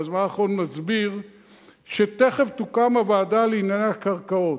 בזמן האחרון מסביר שתיכף תוקם הוועדה לענייני הקרקעות,